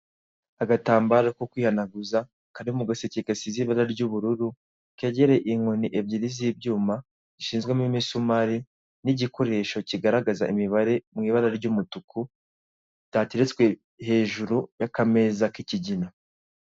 Agatambaro ko kwihanaguza kari mu gaseke gasize ibara ry'ubururu, kegereye inkoni ebyiri z'ibyuma, zishinzwemo imisumari, n'igikoresho kigaragaza imibare mu ibara ry'umutuku, byateretswe hejuru y'akameza k'ikigina.